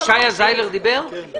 בעולם